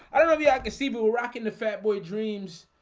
i don't know yeah, i can see but we're rocking the fat boy dreams.